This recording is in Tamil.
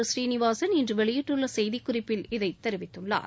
பூநீநிவாசன் இன்று வெளியிட்டுள்ள செய்திக்குறிப்பில் இதைத் தெரிவித்துள்ளார்